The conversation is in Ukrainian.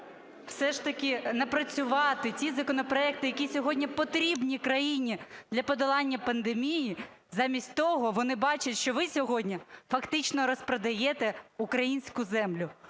все ж таки напрацювати ті законопроекти, які сьогодні потрібні країні для подолання пандемії, замість того вони бачать, що ви сьогодні фактично розпродаєте українську землю